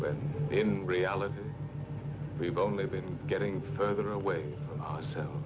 but in reality we've only been getting further away so